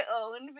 own